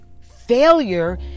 failure